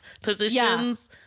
positions